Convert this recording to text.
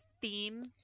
theme